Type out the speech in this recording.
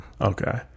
Okay